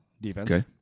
defense